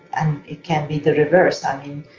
and it can be the reverse. i mean,